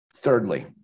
Thirdly